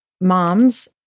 moms